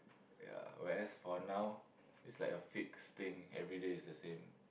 ya whereas for now it's like a fixed thing everyday is the same